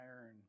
iron